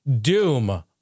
Doom